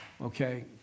okay